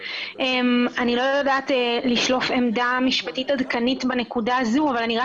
אני לא יודעת לשלוף עמדה משפטית עדכנית בנקודה הזו אבל אני רק